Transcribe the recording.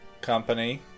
Company